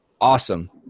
awesome